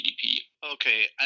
Okay